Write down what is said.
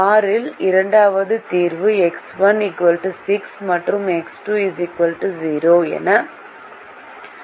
6 இல் இரண்டாவது தீர்வு எக்ஸ் 1 6 மற்றும் எக்ஸ் 2 0